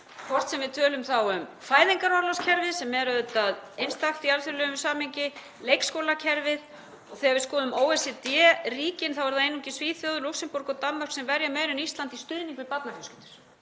hvort sem við tölum þá um fæðingarorlofskerfið sem er auðvitað einstakt í alþjóðlegu samhengi, leikskólakerfið og þegar við skoðum OECD-ríkin eru það einungis Svíþjóð, Lúxemborg og Danmörk sem verja meiru en Ísland í stuðning við barnafjölskyldur,